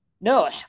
no